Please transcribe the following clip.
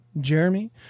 Jeremy